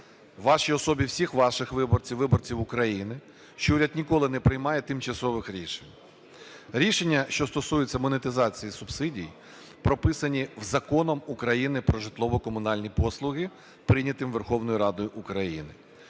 вашій особі всіх ваших виборців, виборців України, що уряд ніколи не приймає тимчасових рішень. Рішення, що стосуються монетизації субсидій, прописані Законом України "Про житлово-комунальні послуги", прийнятим Верховною Радою України.